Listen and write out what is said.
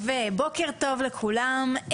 בוקר טוב לכולם,